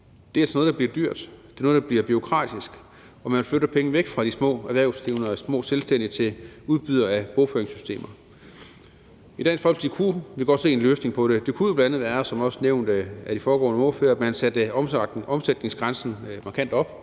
Det er sådan noget, der bliver dyrt. Det er noget, der bliver bureaukratisk. Og man flytter penge væk fra de små erhvervsdrivende og små selvstændige erhverv til udbydere af bogføringssystemer. I Dansk Folkeparti kunne vi godt se en løsning på det. Det kunne bl.a. være det, der også er nævnt af de foregående ordførere, at man satte omsætningsgrænsen markant op,